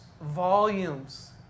volumes